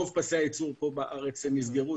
רוב פסי הייצור פה בארץ נסגרו,